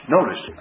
Notice